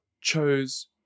chose